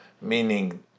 meaning